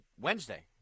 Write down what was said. Wednesday